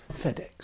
FedEx